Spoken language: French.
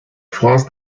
france